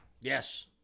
Yes